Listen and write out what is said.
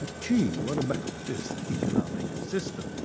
gee, what about this economic system?